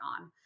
on